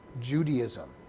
Judaism